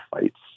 fights